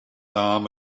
arm